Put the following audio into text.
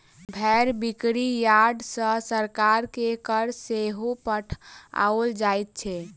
भेंड़ बिक्री यार्ड सॅ सरकार के कर सेहो पठाओल जाइत छै